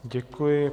Děkuji.